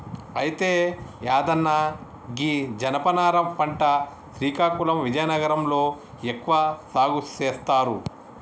అయితే యాదన్న గీ జనపనార పంట శ్రీకాకుళం విజయనగరం లో ఎక్కువగా సాగు సేస్తారు